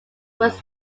was